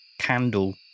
candle